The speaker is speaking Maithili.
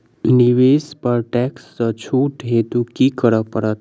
निवेश पर टैक्स सँ छुट हेतु की करै पड़त?